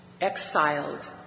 exiled